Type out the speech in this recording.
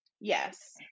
Yes